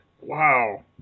Wow